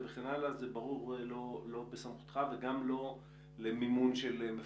ברור שזה לא בסמכותך וגם לא העניין של המפקחים.